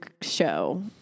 show